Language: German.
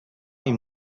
ihm